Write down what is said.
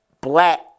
black